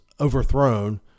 overthrown